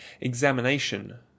examination